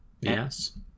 Yes